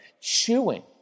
Chewing